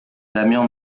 damian